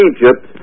Egypt